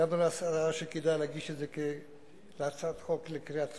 הגענו למסקנה שכדאי להגיש את זה כהצעת חוק לקריאה טרומית,